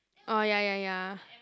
orh ya ya ya